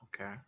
Okay